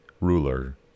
ruler